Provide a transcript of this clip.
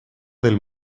del